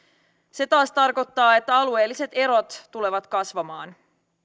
se taas tarkoittaa että alueelliset erot tulevat kasvamaan